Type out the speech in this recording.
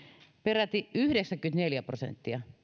peräti yhdeksänkymmentäneljä prosenttia